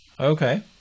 okay